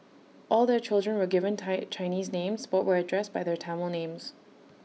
all their children were given Thai Chinese names but were addressed by their Tamil names